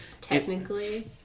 Technically